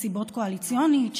מסיבות קואליציוניות,